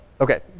okay